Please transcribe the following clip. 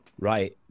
Right